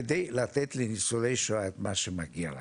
כדי לתת לניצולי שואה את מה שמגיע להם.